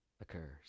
occurs